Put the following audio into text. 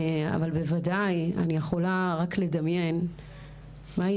אבל בוודאי אני יכולה רק לדמיין מהי